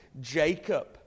Jacob